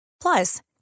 Plus